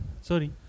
sorry